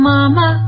Mama